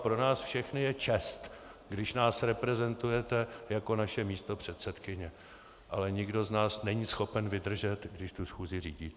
Pro nás všechny je čest, když nás reprezentujete jako naše místopředsedkyně, ale nikdo z nás není schopen vydržet, když tu schůzi řídíte.